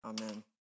Amen